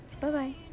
Bye-bye